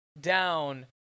down